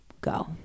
go